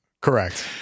Correct